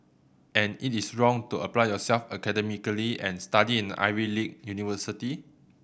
and it is wrong to apply yourself academically and study in an Ivy league university